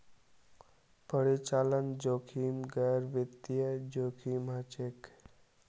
परिचालन जोखिम गैर वित्तीय जोखिम हछेक